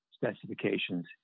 Specifications